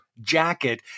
jacket